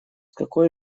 какой